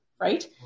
right